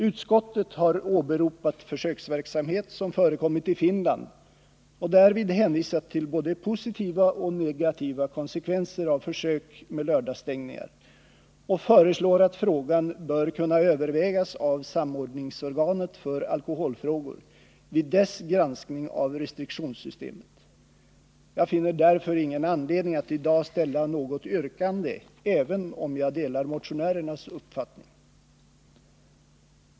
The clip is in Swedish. Utskottet har åberopat försöksverksamhet som förekommit i Finland och därvid hänvisat till både positiva och negativa konsekvenser av försök med lördagsstängningar. Utskottet föreslår att frågan bör kunna övervägas av samordningsorganet för alkoholfrågor vid dess granskning av restriktionssystemet. Jag finner därför ingen anledning att i dag ställa något yrkande, även om jag delar motionärernas uppfattning.